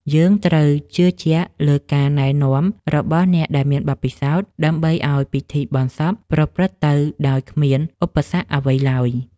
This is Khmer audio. យើងត្រូវជឿជាក់លើការណែនាំរបស់អ្នកដែលមានបទពិសោធន៍ ដើម្បីឱ្យពិធីបុណ្យសពប្រព្រឹត្តទៅដោយគ្មានឧបសគ្គអ្វីឡើយ។